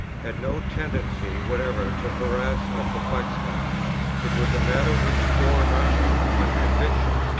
had no tendency whatever to harass or perplex me it was a matter which bore not on convictions,